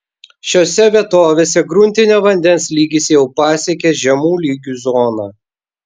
šiose vietovėse gruntinio vandens lygis jau pasiekė žemų lygių zoną